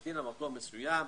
המתין למקום מסוים,